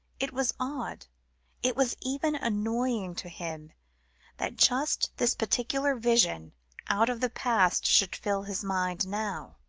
it was odd it was even annoying to him that just this particular vision out of the past should fill his mind now,